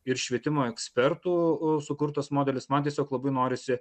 ir švietimo ekspertų sukurtas modelis man tiesiog labai norisi